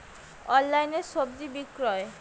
অনলাইনে স্বজি বিক্রি?